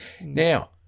Now